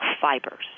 fibers